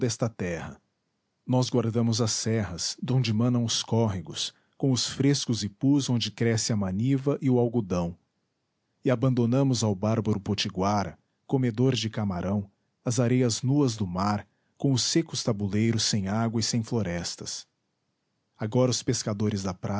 esta terra nós guardamos as serras donde manam os córregos com os frescos ipus onde cresce a maniva e o algodão e abandonamos ao bárbaro potiguara comedor de camarão as areias nuas do mar com os secos tabuleiros sem água e sem florestas agora os pescadores da